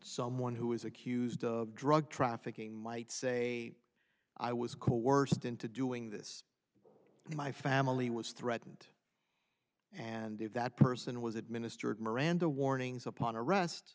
someone who is accused of drug trafficking might say i was coerced into doing this and my family was threatened and if that person was administered miranda warnings upon arrest